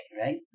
right